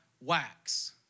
wax